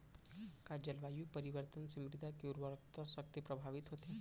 का जलवायु परिवर्तन से मृदा के उर्वरकता शक्ति प्रभावित होथे?